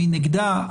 מי נגדה,